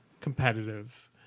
competitive